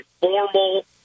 formal